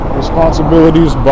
responsibilities